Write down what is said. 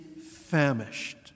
famished